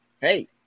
hey